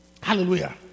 Hallelujah